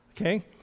Okay